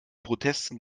protesten